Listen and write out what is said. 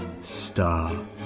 star